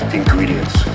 ingredients